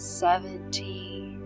seventeen